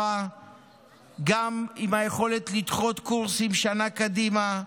עזרה גם עם היכולת לדחות קורסים שנה קדימה,